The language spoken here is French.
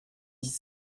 dix